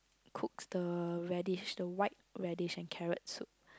cooks the radish the white radish and carrot soup